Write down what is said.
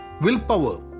Willpower